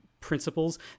principles